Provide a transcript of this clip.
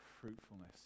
fruitfulness